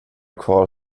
kvar